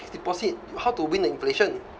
fixed deposit how to win the inflation